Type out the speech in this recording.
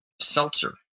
seltzer